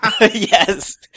Yes